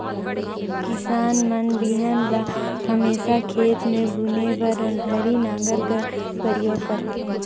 किसान मन बीहन ल हमेसा खेत मे बुने बर ओन्हारी नांगर कर परियोग करथे